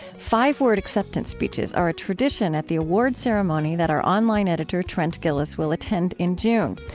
five-word acceptance speeches are a tradition at the awards ceremony that our online editor, trent gilliss, will attend in june.